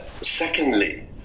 Secondly